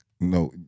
No